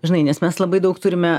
žinai nes mes labai daug turime